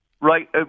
right